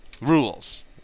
rules